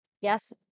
Yes